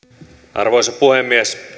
arvoisa puhemies